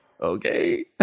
Okay